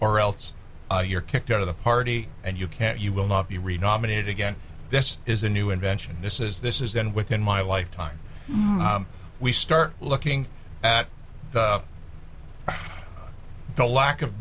or else you're kicked out of the party and you can't you will not be renominated again this is a new invention this is this is then within my lifetime we start looking at the lack of